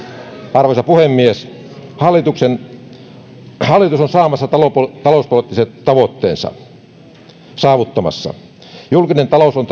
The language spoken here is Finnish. arvoisa puhemies hallitus on saavuttamassa talouspoliittiset tavoitteensa julkinen talous on